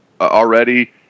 already